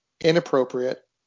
inappropriate